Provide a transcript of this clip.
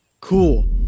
cool